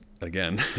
again